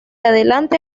adelante